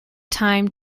time